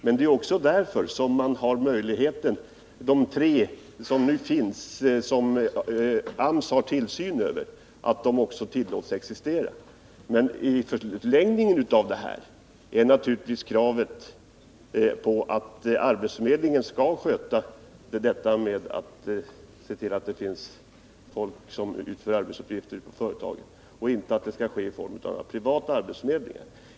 Men det är också därför sådan verksamhet tillåts 97 existera på tre områden, som AMS har tillsyn över. I förlängningen är naturligtvis kravet att arbetsförmedlingen skall se till att det finns folk som utför arbetsuppgifter på företagen, så att det inte behöver ske i form av privata arbetsförmedlingar.